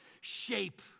shape